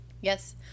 Yes